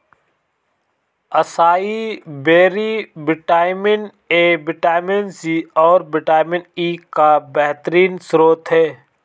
acai berry vitamin A, vitamin C, और vitamin E का बेहतरीन स्त्रोत है